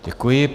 Děkuji.